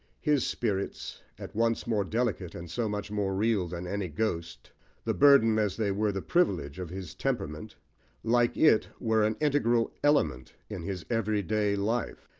his spirits, at once more delicate, and so much more real, than any ghost the burden, as they were the privilege, of his temperament like it, were an integral element in his everyday life.